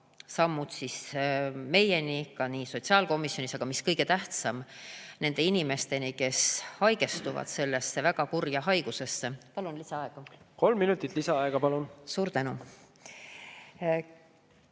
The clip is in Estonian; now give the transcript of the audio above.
sammud meieni sotsiaalkomisjonis, aga mis kõige tähtsam, nende inimesteni, kes haigestuvad sellesse väga kurja haigusesse. Palun lisaaega. Kolm minutit lisaaega. Palun! Kolm minutit